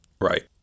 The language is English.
Right